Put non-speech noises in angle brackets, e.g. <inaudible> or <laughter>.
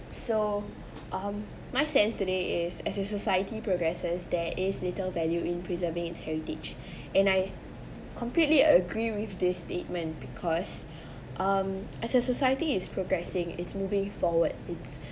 so um my sense today is as a society progresses there is little value in preserving its heritage <breath> and I completely agree with this statement because um as a society is progressing is moving forward it's